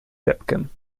webcam